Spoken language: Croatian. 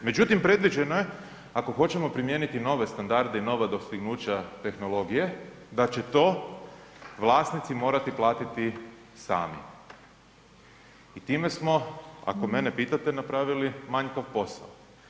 Međutim, predviđeno je ako hoćemo primijeniti nove standarde i nova dostignuća tehnologije da će to vlasnici morati platiti sami i time smo ako mene pitate napravili manjkav posao.